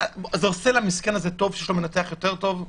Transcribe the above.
זה עושה למסכן הזה טוב אם יש מנתח טוב יותר?